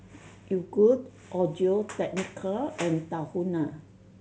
Yogood Audio Technica and Tahuna